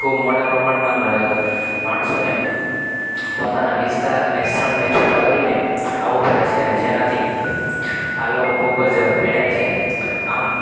ખૂબ મોટા પ્રમાણમાં માણસોને પોતાના વિસ્તાર અને સ્થળને છૂટા કરીને આવવું પડે છે અને જેનાથી આ લોકો ખૂબ જ પીડાય છે આમ